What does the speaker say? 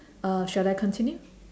uh shall I continue